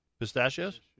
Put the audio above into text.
Pistachios